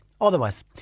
Otherwise